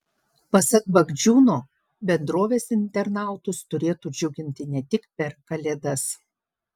pasak bagdžiūno bendrovės internautus turėtų džiuginti ne tik per kalėdas